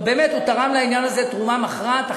לא, באמת הוא תרם לעניין הזה תרומה מכרעת.